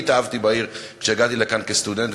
אני התאהבתי בעיר כשהגעתי לכאן כסטודנט,